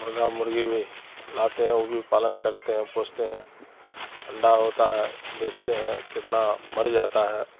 مرغا مرغی بھی لاتے ہیں وہ بھی پالن کرتے ہیں پوستے ہیں انڈا ہوتا ہے بیچتے ہیں کتنا مر جاتا ہے